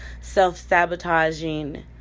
self-sabotaging